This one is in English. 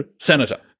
Senator